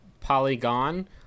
Polygon